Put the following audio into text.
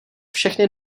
všechny